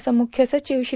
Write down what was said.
असं मुख्य सचिव श्री